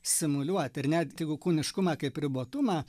simuliuot ir net jeigu kūniškumą kaip ribotumą